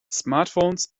smartphones